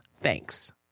Thanks